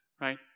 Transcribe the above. right